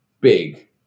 big